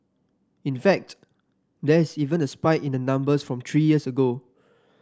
in fact there is even a spike in the numbers from three years ago